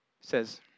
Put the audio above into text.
says